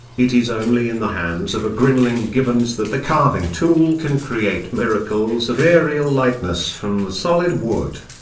it is only in the hands of a grinling gibbons that the carving tool can create miracles of aerial lightness from the solid wood.